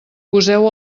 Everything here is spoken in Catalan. poseu